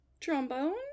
trombone